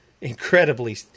incredibly